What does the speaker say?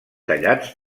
tallats